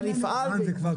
לכן כך זה מנוסח.